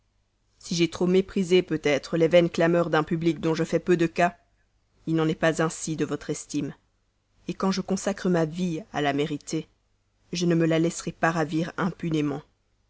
si j'ai trop méprisé peut-être les vaines clameurs d'un public dont je fais peu de cas il n'en est pas ainsi de votre estime quand je consacre ma vie à la mériter je ne me la laisserai pas ravir impunément